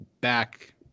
back